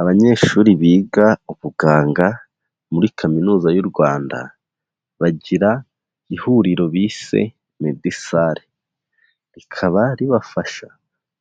Abanyeshuri biga ubuganga muri kaminuza y'u Rwanda bagira ihuriro bise Medisare, rikaba ribafasha